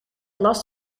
last